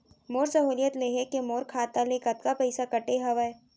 मोर सहुलियत लेहे के मोर खाता ले कतका पइसा कटे हवये?